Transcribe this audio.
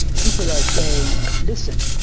people are saying, listen,